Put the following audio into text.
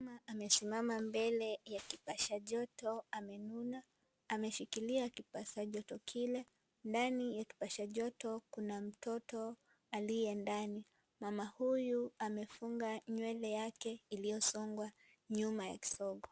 Mama amesimama mbele ya kipasha joto, amenuna. Ameshikilia kipasha joto kile, ndani ya kipasha joto kuna mtoto aliye ndani. Mama huyu amefunga nywele yake iliyosongwa nyuma ya kisogo.